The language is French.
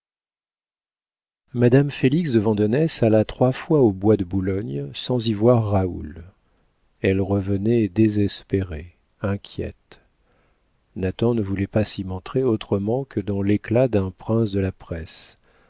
madame félix de vandenesse alla trois fois au bois de boulogne sans y voir raoul elle revenait désespérée inquiète nathan ne voulait pas s'y montrer autrement que dans l'éclat d'un prince de la presse